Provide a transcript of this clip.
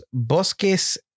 bosques